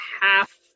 half